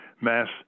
Mass